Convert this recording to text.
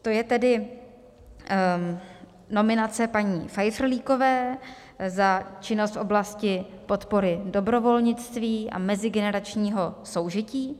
To je tedy nominace paní Faiferlíkové za činnost v oblasti podpory dobrovolnictví a mezigeneračního soužití.